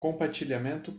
compartilhamento